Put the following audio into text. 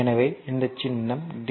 எனவே இந்த சின்னம் டி